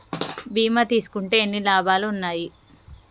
బీమా తీసుకుంటే ఎన్ని లాభాలు ఉన్నాయి?